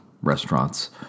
restaurants